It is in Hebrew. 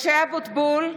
(קוראת בשמות חברי הכנסת) משה אבוטבול,